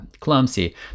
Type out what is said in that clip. clumsy